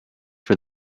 for